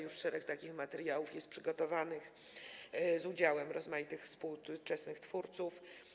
Już szereg takich materiałów jest przygotowanych z udziałem rozmaitych współczesnych twórców.